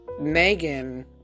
Megan